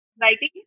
writing